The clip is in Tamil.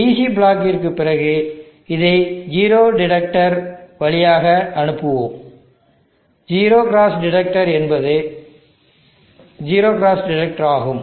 DC பிளாக்கிற்கு பிறகு இதை ஜீரோ கிராஸ் டிடெக்டர் வழியாக அனுப்புவோம் ZCD என்பது ஜீரோ கிராஸ் டிடெக்டர் ஆகும்